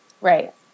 Right